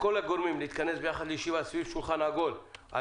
לכל הגורמים להתכנס יחד לישיבה סביב שולחן עגול על